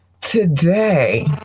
today